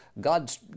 God's